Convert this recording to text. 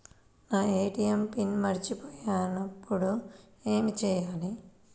నా ATM pin మరచిపోయినప్పుడు ఏమి చేయాలి?